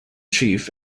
chief